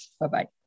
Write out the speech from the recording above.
Bye-bye